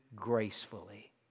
gracefully